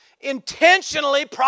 intentionally